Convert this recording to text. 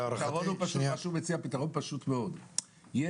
להערכתי -- הוא מציע פתרון פשוט מאוד -- אני